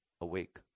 awake